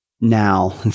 now